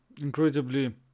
incredibly